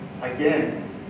again